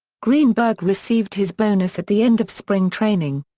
greenberg received his bonus at the end of spring training.